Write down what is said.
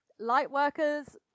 Lightworkers